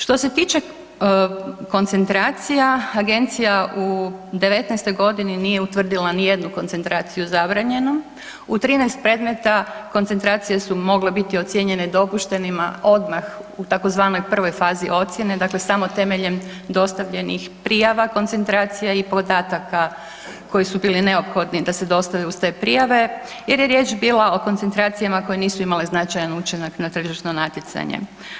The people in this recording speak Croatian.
Što se tiče koncentracija, agencija u 2019. g. nije utvrdila nijednu koncentraciju zabranjenu, u 13 predmeta koncentracije su mogle biti ocijenjene dopuštenima odmah u tzv. prvoj fazi ocjene, dakle samo temeljem dostavljenih prijava koncentracija i podataka koju su bili neophodni da se dostave uz te prijave jer je riječ bila o koncentracijama koje nisu imale značajan učinak na tržišno natjecanje.